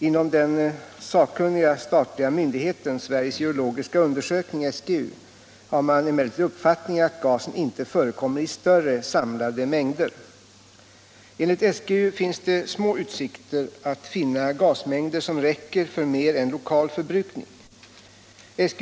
Inom den sakkunniga stat liga myndigheten, Sveriges geologiska undersökning , har man Nr 61 emellertid uppfattningen att gasen inte förekommer i större, samlade Tisdagen den mängder. Enligt SGU är det små utsikter att finna gasmängder som räcker 1 februari 1977 för mer än lokal förbrukning.